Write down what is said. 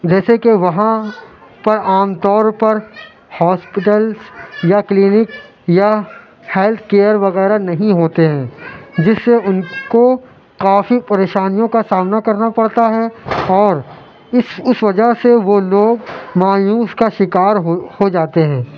جیسے کہ وہاں پر عام طور پر ہاسپٹلس یا کلینک یا ہلتھ کیئر وغیرہ نہیں ہوتے ہیں جس سے ان کو کافی پریشانیوں کا سامنا کرنا پڑتا ہے اور اس اس وجہ سے وہ لوگ مایوس کا شکار ہو ہو جاتے ہیں